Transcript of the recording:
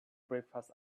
breakfast